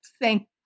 thank